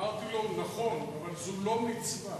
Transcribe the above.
אמרתי לו: נכון, אבל זו לא מצווה.